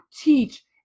teach